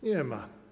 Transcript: Nie ma.